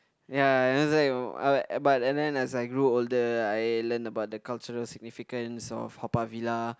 ya as like but and then as I grew older I learn about the cultural significance of Haw-Par-Villa